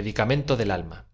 edicamento del alma